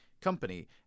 company